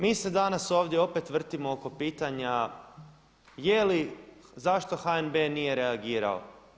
Mi se danas ovdje opet vrtimo oko pitanja je li, zašto HNB nije reagirao?